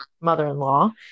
mother-in-law